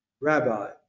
rabbi